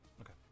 okay